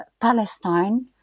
Palestine